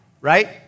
right